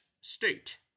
state